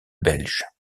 belge